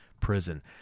prison